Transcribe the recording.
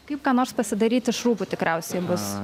kaip ką nors pasidaryt iš rūbų tikriausiai bus